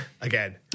again